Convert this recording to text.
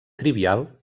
trivial